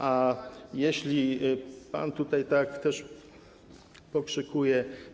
A jeśli pan tutaj tak też pokrzykuje.